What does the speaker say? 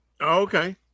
Okay